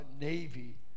Navy